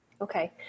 Okay